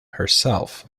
herself